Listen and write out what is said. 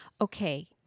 Okay